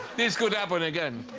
this could happen again